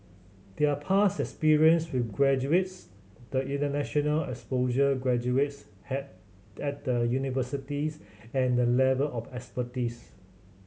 their past experience with graduates the international exposure graduates had at the universities and the level of expertise